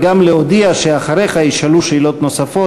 וגם להודיע שאחריך ישאלו שאלות נוספות